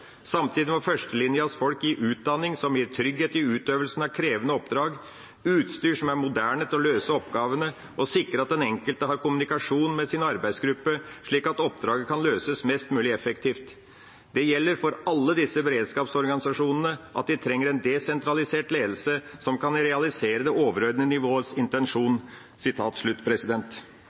Samtidig må førstelinjas folk gis utdanning som gir trygghet i utøvelsen av krevende oppdrag, utstyr som er moderne til å løse oppgavene og sikre at den enkelte har kommunikasjon med sin arbeidsgruppe slik at oppdraget kan løses mest mulig effektivt. Det gjelder for alle disse beredskapsorganisasjonene at de trenger en desentralisert ledelse som kan realisere det overordnede nivåets intensjon.»